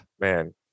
Man